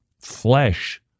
flesh